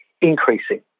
increasing